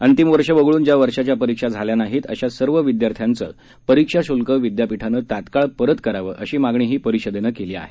अंतिम वर्ष वगळून ज्या वर्षाच्या परीक्षा झाल्या नाहीत अशा सर्व विद्यार्थ्यांचं परीक्षा शुल्क विद्यापीठानं तात्काळ परत करावं अशी मागणीही परिषदेनं केली आहे